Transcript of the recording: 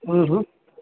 हम्म हम्म